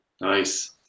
Nice